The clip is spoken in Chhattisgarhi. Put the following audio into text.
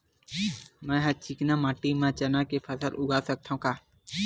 मै ह चिकना माटी म चना के फसल उगा सकथव का?